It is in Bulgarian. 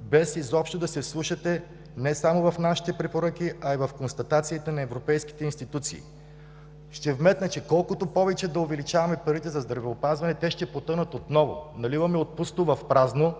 без изобщо да се вслушате не само в нашите препоръки, а и в констатациите на европейските институции. Ще вметна, че колкото и повече да увеличаваме парите за здравеопазване, те ще потънат отново. Наливаме от пусто в празно,